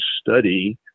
study